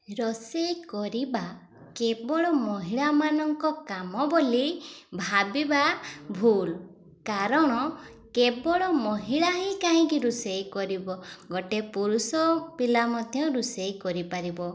ରୋଷେଇ କରିବା କେବଳ ମହିଳାମାନଙ୍କ କାମ ବୋଲି ଭାବିବା ଭୁଲ କାରଣ କେବଳ ମହିଳା ହିଁ କାହିଁକି ରୋଷେଇ କରିବ ଗୋଟେ ପୁରୁଷ ପିଲା ମଧ୍ୟ ରୋଷେଇ କରିପାରିବ